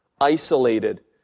isolated